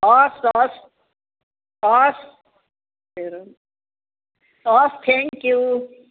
हस् हस् हस् हेरौँ हस् थ्याङ्क यू